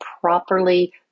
properly